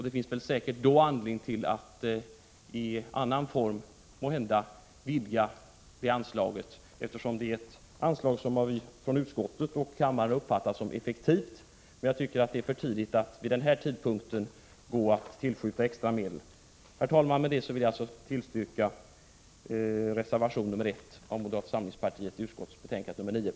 Det finns säkert anledning att då i annan form vidga det anslaget, eftersom det är ett anslag som av utskottet och kammaren uppfattas som effektivt, men jag tycker att det är för tidigt att vid den här tidpunkten tillskjuta extra medel. Herr talman! Med det vill jag alltså tillstyrka reservation 1 av moderata samlingspartiets ledamöter i arbetsmarknadsutskottet.